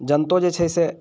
जनतो जे छै से